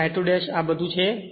તેથી I2 આ બધુ છે